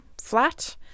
flat